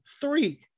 three